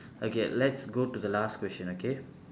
okay let's go to the last question okay